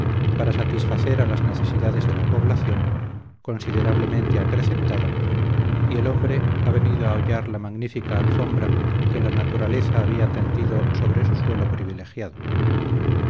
para satisfacer a las necesidades de la población considerablemente acrecentada y el hombre ha venido a hollar la magnífica alfombra que la naturaleza había tendido sobre su suelo privilegiado